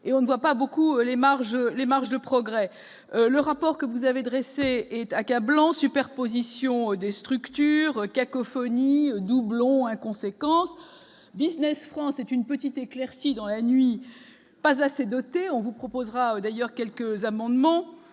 et on ne voit pas beaucoup les marges, les marges de progrès, le rapport que vous avez dressé est accablant : superposition des structures cacophonie doublons inconséquence Business France c'est une petite éclaircie dans la nuit, pas assez, on vous proposera d'ailleurs quelques amendements